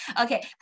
Okay